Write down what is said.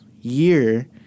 year